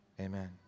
amen